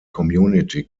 community